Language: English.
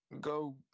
go